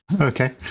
Okay